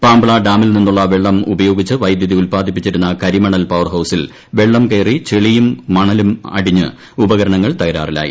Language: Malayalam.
പാംബ്ള ഡാമിൽനിന്നുള്ള വെള്ളം ഉപയോഗിച്ച് വൈദ്യുതി ഉത്പാദിപ്പിച്ചിരുന്ന കരിമണൽ പവർഹൌസിൽ വെള്ളം കയറി ചെളിയും മണലും അടിഞ്ഞ് ഉപകരണങ്ങൾ തകരാറിലായി